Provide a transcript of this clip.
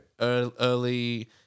early